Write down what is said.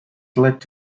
led